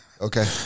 okay